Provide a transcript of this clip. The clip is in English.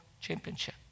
championship